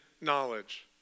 knowledge